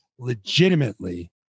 Legitimately